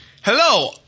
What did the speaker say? Hello